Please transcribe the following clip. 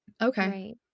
Okay